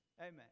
Amen